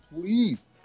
please